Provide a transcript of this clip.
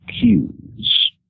cues